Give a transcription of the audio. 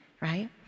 right